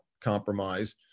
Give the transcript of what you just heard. compromise